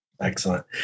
Excellent